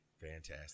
Fantastic